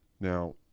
Now